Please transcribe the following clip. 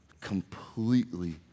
Completely